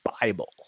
Bible